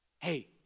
Hey